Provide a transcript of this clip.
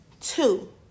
two